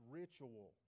ritual